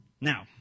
Now